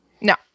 no